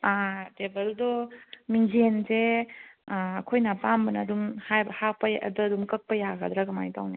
ꯇꯦꯕꯜꯗꯣ ꯃꯤꯡꯖꯦꯟꯁꯦ ꯑꯩꯈꯣꯏꯅ ꯑꯄꯥꯝꯕꯗ ꯑꯗꯨꯝ ꯍꯥꯞꯄ ꯑꯗ ꯑꯗꯨꯝ ꯀꯛꯄ ꯌꯥꯒꯗ꯭ꯔꯥ ꯀꯃꯥꯏꯅ ꯇꯧꯅꯤ